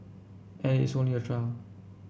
and it's only a trial